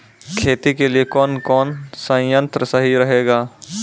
खेती के लिए कौन कौन संयंत्र सही रहेगा?